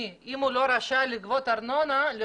יש לי גם רשימה של תיקונים שנעשו ואני